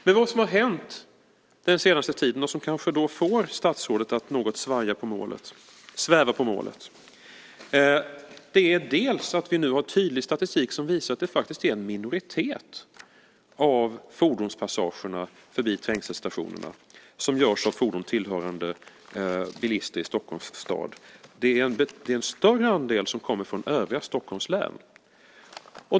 Men vad som har hänt under den senaste tiden och som kanske får statsrådet att något sväva på målet är att vi nu har tydlig statistik som visar att det faktiskt är en minoritet av antalet fordon som passerar trängselstationerna som tillhör bilister i Stockholms stad. Det är en större andel som kommer från övriga Stockholms län.